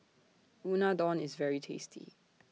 Unadon IS very tasty